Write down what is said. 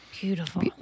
Beautiful